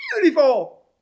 beautiful